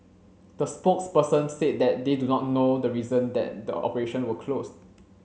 the spokesperson said that they do not know the reason that the operations were closed